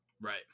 Right